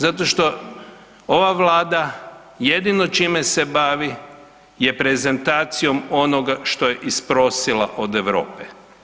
Zato što ova Vlada jedino čime se bavi je prezentacijom onoga što je isprosila od Europe.